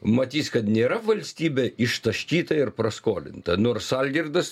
matys kad nėra valstybė ištaškyta ir praskolinta nors algirdas